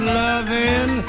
loving